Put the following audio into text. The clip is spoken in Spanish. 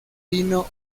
pino